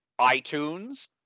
iTunes